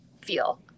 feel